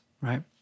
right